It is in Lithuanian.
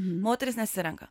moterys nesirenka